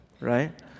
right